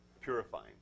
purifying